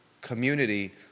community